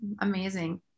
amazing